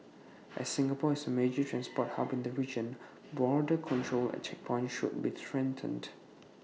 as Singapore is A major transport hub in the region border control at checkpoints should be strengthened